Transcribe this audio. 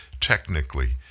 technically